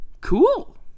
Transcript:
Cool